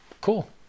Cool